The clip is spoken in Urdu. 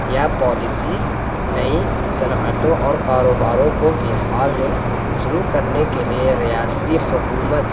یا پالیسی نئی صنعتوں اور کاروباروں کو بہار میں شروع کرنے کے لیے ریاستی حکومت